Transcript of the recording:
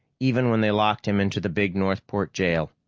even when they locked him into the big northport jail.